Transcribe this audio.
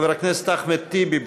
חבר הכנסת אחמד טיבי,